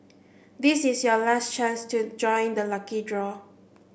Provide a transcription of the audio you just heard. this is your last chance to join the lucky draw